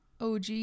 OG